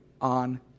on